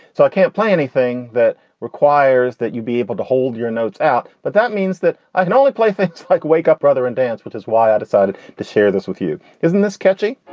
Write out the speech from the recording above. so i can't play anything that requires that you be able to hold your notes out. but that means that i can only play it like wake up brother and dance, which is why i decided to share this with you. isn't this catchy?